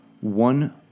one